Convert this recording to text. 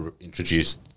introduce